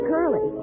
Curly